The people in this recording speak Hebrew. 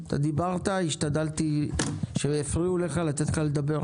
אתה דיברת, השתדלתי שלא יפריעו לך, לתת לך לדבר.